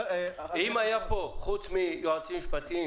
אם היה פה, פרט ליועצים משפטיים